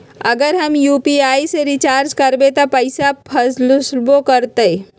अगर हम यू.पी.आई से रिचार्ज करबै त पैसा फसबो करतई?